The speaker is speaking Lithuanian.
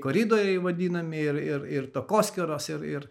koridoriai vadinami ir ir ir takoskyros ir ir